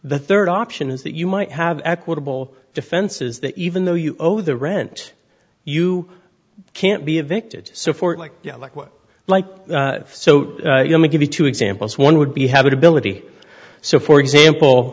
the third option is that you might have equitable defenses that even though you owe the rent you can't be evicted so forth like yeah like what like so let me give you two examples one would be habitability so for example